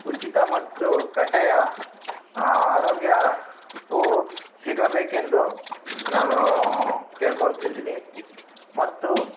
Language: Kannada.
ಉಚಿತ ಮತ್ತು ಕಡ್ಡಾಯ ಆರೋಗ್ಯ ವು ಸಿಗಬೇಕೆಂದು ನಾನು ಕೇಳ್ಕೋಳ್ತಿದ್ದೀನಿ ಮತ್ತು